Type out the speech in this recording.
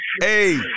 Hey